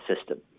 system